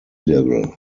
level